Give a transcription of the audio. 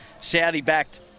Saudi-backed